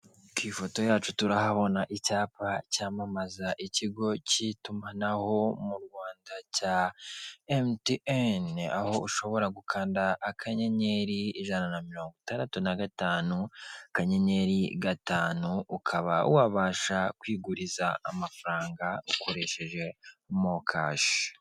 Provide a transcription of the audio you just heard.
Ku ifoto yacu turahabona icyapa cyamamaza ikigo cy'itumanaho mu Rwanda cya MTN, aho ushobora gukanda akanyenyeri ijana na mirongo itandatu na gatanu akanyenyeri gatanu, ukaba wabasha kwiguriza amafaranga ukoresheje MoKash.